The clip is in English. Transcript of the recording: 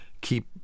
keep